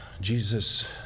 Jesus